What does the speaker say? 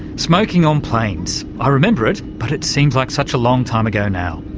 smoking on planes. i remember it, but it seems like such a long time ago now.